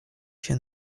się